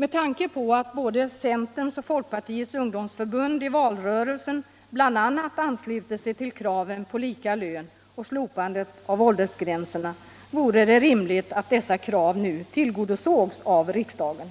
Med tanke på att både centerns och folkpartiets ungdomstförbund i valrörelsen bl.a. anslutit sig till kraven på lika lön och slopande av åldersgränserna vore det rimligt att dessa krav nu tillgodosågs av riksdagen.